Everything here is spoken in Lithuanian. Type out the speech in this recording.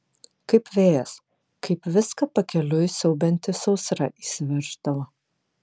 kaip vėjas kaip viską pakeliui siaubianti sausra įsiverždavo